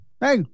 Hey